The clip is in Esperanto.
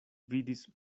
vidis